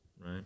Right